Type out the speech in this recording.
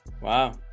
Wow